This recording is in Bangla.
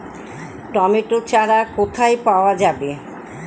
টমেটো চারা কোথায় পাওয়া যাবে?